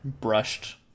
brushed